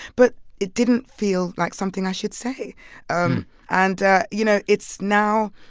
but it didn't feel like something i should say um and you know, it's now